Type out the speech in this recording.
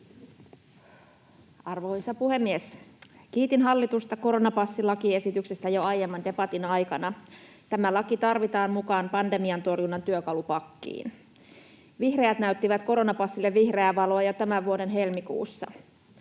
Arvoisa puhemies! Kiitin hallitusta koronapassilakiesityksestä jo aiemman debatin aikana. Tämä laki tarvitaan mukaan pandemian torjunnan työkalupakkiin. Vihreät näyttivät koronapassille vihreää valoa jo tämän vuoden helmikuussa.